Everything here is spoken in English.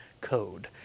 code